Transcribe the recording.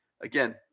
Again